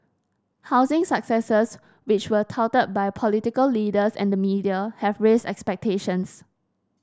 housing successes which were touted by political leaders and the media have raised expectations